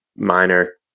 minor